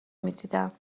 میدیدم